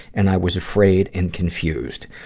and i was afraid and confused.